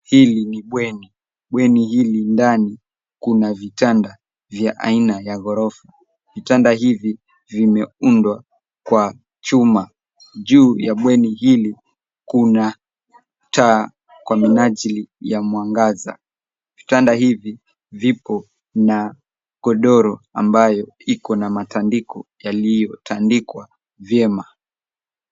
Hili ni bweni. Bweni hili ndani kuna vitanda vya aina ya ghorofa. Vitanda hivi vimeundwa kwa chuma. Juu ya bweni hili kuna taa kwa minajili ya mwangaza. Vitanda hivi vipo na godoro ambayo iko na matandiko yaliyotandikwa vyema.